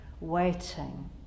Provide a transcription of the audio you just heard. Waiting